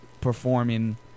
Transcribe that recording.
performing